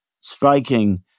striking